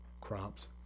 crops